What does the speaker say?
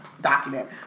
document